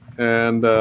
and